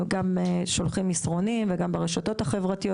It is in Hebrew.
הם גם שולחים מסרונים וגם ברשתות החברתיות